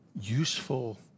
useful